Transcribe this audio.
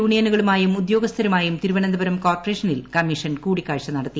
യൂണിയനുകളുമായും ഉദ്യോഗസ്ഥരുമായും തിരുവനന്തപുരം കോർപ്പറേഷനിൽ കമ്മിഷൻ കൂടിക്കാഴ്ച നടത്തി